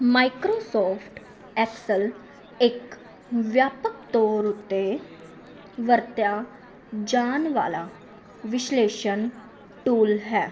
Microsoft Excel ਇੱਕ ਵਿਆਪਕ ਤੌਰ ਉੱਤੇ ਵਰਤਿਆ ਜਾਣ ਵਾਲਾ ਵਿਸ਼ਲੇਸ਼ਣ ਟੂਲ ਹੈ